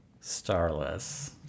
Starless